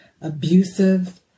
abusive